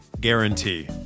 guarantee